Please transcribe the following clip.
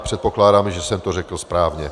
Předpokládám, že jsem to řekl správně.